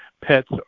Pets